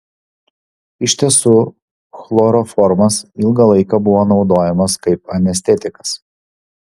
iš tiesų chloroformas ilgą laiką buvo naudojamas kaip anestetikas